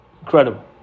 Incredible